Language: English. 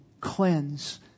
cleanse